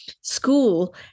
school